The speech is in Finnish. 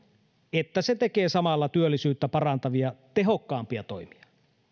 että se tekee samalla työllisyyttä parantavia tehokkaampia toimia